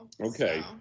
Okay